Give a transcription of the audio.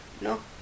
no